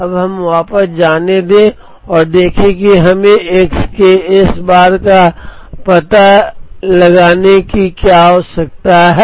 अब हमें वापस जाने दें और देखें कि हमें एक्स के एस बार का पता लगाने की क्या आवश्यकता है